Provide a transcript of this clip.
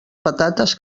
patates